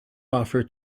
offer